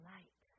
Light